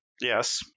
Yes